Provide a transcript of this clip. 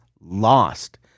lost